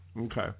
Okay